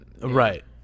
Right